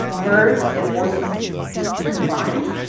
birds and horses combined,